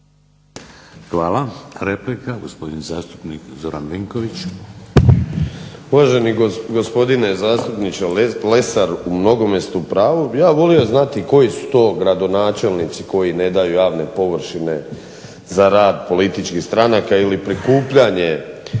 Hvala. Replika, gospodin zastupnik Zoran Vinković. **Vinković, Zoran (HDSSB)** Uvaženi gospodine zastupniče Lesar, u mnogome ste u pravu. Ja bih volio znati koji su to gradonačelnici koji ne daju javne površine za rad političkih stranaka ili prikupljanje